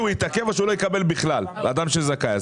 יתעכב או שהוא לא יקבל בכלל והוא זכאי.